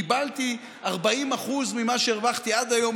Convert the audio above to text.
קיבלתי 40% ממה שהרווחתי עד היום,